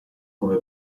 come